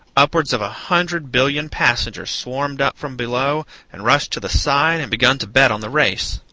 upwards of a hundred billion passengers swarmed up from below and rushed to the side and begun to bet on the race.